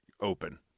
open